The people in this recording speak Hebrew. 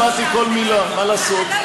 שמעתי כל מילה, מה לעשות.